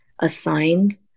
assigned